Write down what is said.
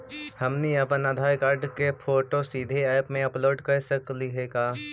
हमनी अप्पन आधार कार्ड के फोटो सीधे ऐप में अपलोड कर सकली हे का?